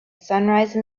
sunrise